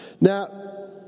Now